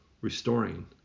restoring